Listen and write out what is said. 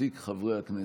ותיק חברי הכנסת,